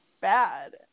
bad